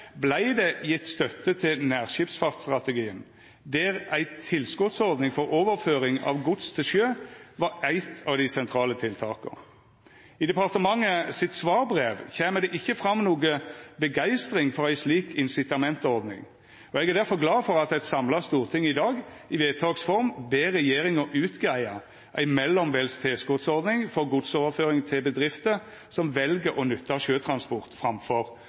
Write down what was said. der ei tilskotsordning for overføring av gods til sjø var eit av dei sentrale tiltaka. I departementet sitt svarbrev kjem det ikkje fram noka begeistring for ei slik incitamentsordning, og eg er difor glad for at eit samla storting i dag i vedtaks form ber regjeringa greia ut ei mellombels tilskotsordning for godsoverføring til bedrifter som vel å nytta sjøtransport framfor